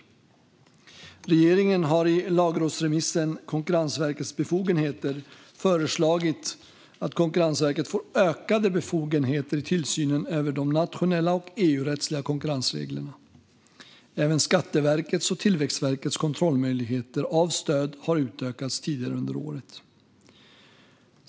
Regeringen har i lagrådsremissen Konkurrensverkets befogenheter föreslagit att Konkurrensverket får ökade befogenheter i tillsynen över de nationella och EU-rättsliga konkurrensreglerna. Även Skatteverkets och Tillväxtverkets kontrollmöjligheter av stöd har utökats tidigare under året.